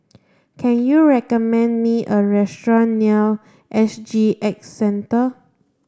can you recommend me a restaurant near S G X Centre